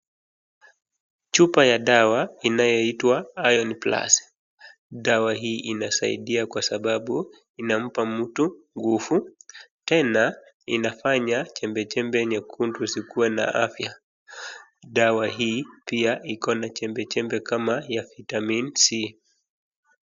Chupa ya dawa inaye itwa IRON plus. Dawa hii inasaidia kwa sababu inampa mtu nguvu tena inafanya chembechembe nyekundu zikuwe na afya. Dawa hii pia iko na chembechembe kama ya vitamin C .